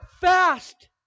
fast